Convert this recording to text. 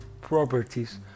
properties